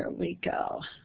and we go.